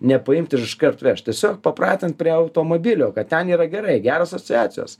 nepaimt ir iš kart vežt tiesiog papratint prie automobilio kad ten yra gerai geros asociacijos